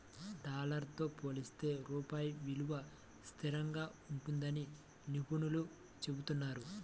dollar తో పోలిస్తే రూపాయి విలువ స్థిరంగా ఉంటుందని నిపుణులు చెబుతున్నారు